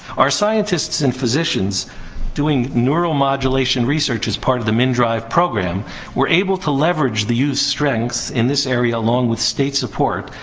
our scientists and physicians doing neural modulation research as part of the mndrive program were able to leverage and use strengths in this area, along with state support,